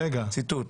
ציטוט.